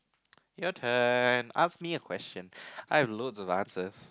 your turn ask me a question I have loads of answers